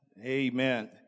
Amen